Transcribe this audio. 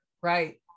Right